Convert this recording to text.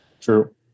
true